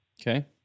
Okay